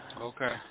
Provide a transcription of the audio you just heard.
Okay